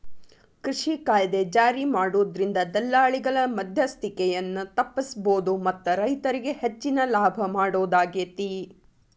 ಕೃಷಿ ಕಾಯ್ದೆ ಜಾರಿಮಾಡೋದ್ರಿಂದ ದಲ್ಲಾಳಿಗಳ ಮದ್ಯಸ್ತಿಕೆಯನ್ನ ತಪ್ಪಸಬೋದು ಮತ್ತ ರೈತರಿಗೆ ಹೆಚ್ಚಿನ ಲಾಭ ಮಾಡೋದಾಗೇತಿ